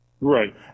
Right